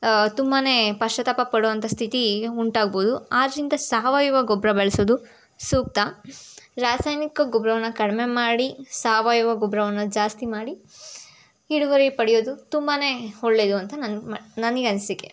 ತುಂಬಾ ಪಶ್ಚಾತಾಪ ಪಡೋವಂಥ ಸ್ಥಿತಿ ಉಂಟಾಗ್ಬೋದು ಆದ್ದರಿಂದ ಸಾವಯವ ಗೊಬ್ಬರ ಬಳಸೋದು ಸೂಕ್ತ ರಾಸಾಯನಿಕ ಗೊಬ್ಬರವನ್ನ ಕಡಿಮೆ ಮಾಡಿ ಸಾವಯವ ಗೊಬ್ಬರವನ್ನ ಜಾಸ್ತಿ ಮಾಡಿ ಇಳುವರಿ ಪಡೆಯೋದು ತುಂಬಾ ಒಳ್ಳೆಯದು ಅಂತ ನನಗೆ ಅನಿಸಿಕೆ